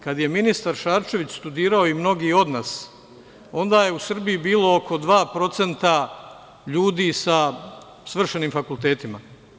Kada je ministar Šarčević studirao i mnogi od nas, onda je u Srbiji bilo oko 2% ljudi sa svršenim fakultetima.